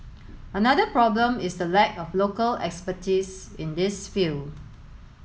another problem is the lack of local expertise in this field